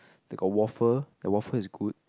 they got waffle the waffle is good